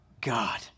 God